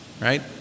right